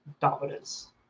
dominance